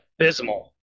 abysmal